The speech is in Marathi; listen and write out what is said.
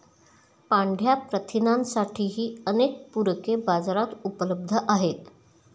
पांढया प्रथिनांसाठीही अनेक पूरके बाजारात उपलब्ध आहेत